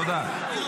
תודה.